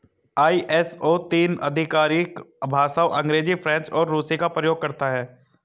ISO तीन आधिकारिक भाषाओं अंग्रेजी, फ्रेंच और रूसी का प्रयोग करता है